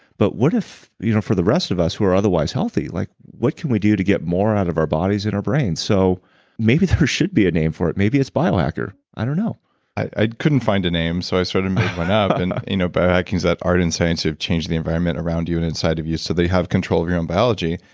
but what if, you know for the rest of us, who are otherwise healthy like what can we do to get more out of our bodies and our brains? so maybe there should be a name for it. maybe it's bio-hacker. i don't know i couldn't find a name. so i sort of made one up. and you know bio-hacking is that art and science have changed the environment around you and inside of you. so, they have control of your own biology.